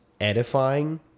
edifying